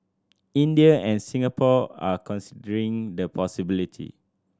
India and Singapore are considering the possibility